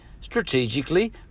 strategically